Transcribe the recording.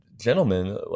Gentlemen